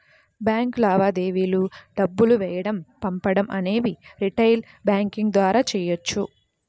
bank లావాదేవీలు డబ్బులు వేయడం పంపడం అనేవి రిటైల్ బ్యాంకింగ్ ద్వారా చెయ్యొచ్చు